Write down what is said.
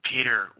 Peter